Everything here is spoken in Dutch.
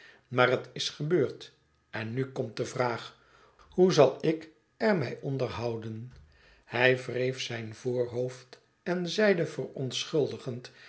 maar het is gebeurd en nu komt de vraag hoe zal ik er mij onder houden hij wreef zijn voorhoofd en zeide verontschuldigend